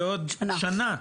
בעוד שנה,